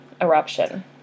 eruption